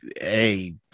hey